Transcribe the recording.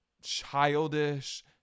childish